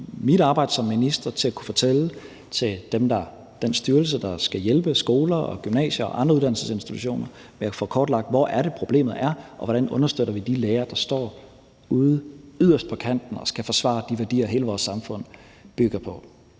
mit arbejde som minister i forhold til den styrelse, der skal hjælpe skoler, gymnasier og andre uddannelsesinstitutioner med at få kortlagt, hvor det er, problemet er, og hvordan vi understøtter de lærere, der står yderst på kanten og skal forsvare de værdier, hele vores samfund bygger på.